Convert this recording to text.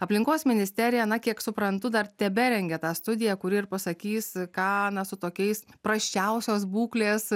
aplinkos ministerija na kiek suprantu dar teberengia tą studiją kuri ir pasakys ką mes su tokiais prasčiausios būklės